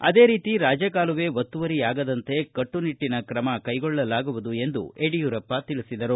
ಆದೇ ರೀತಿ ರಾಜಕಾಲುವೆ ಒತ್ತುವರಿಯಾಗದಂತೆ ಕಟ್ಟುನಿಟ್ಟಿನ ಕ್ರಮಕೈಗೊಳ್ಳಲಾಗುವುದು ಎಂದು ಯಡಿಯೂರಪ್ಪ ತಿಳಿಸಿದರು